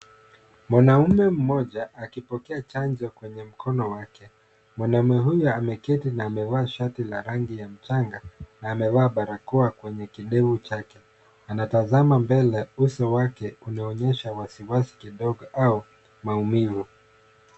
Mwanamume mmoja akipokea chanjo kwenye mkono wake, mwanamume huyo ameketi na amevaa shati la rangi ya mchanga , na amevaa barakoa kwenye kidevu chake, anatazama mbele uso wake unaonyesha wasiwasi kidogo au maumivu.